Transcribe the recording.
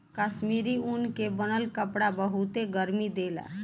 कश्मीरी ऊन के बनल कपड़ा बहुते गरमि देला